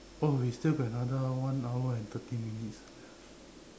oh we still got another one hour and thirteen minutes left